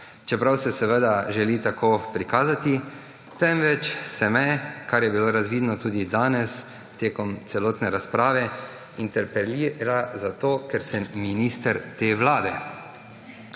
čeprav se želi tako prikazati, temveč se me, kar je bilo razvidno tudi danes tekom celotne razprave, interpelira, zato ker sem minister te vlade.